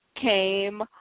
came